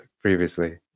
previously